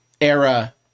era